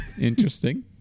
Interesting